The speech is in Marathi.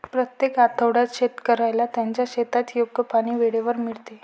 प्रत्येक आठवड्यात शेतकऱ्याला त्याच्या शेतात योग्य पाणी वेळेवर मिळते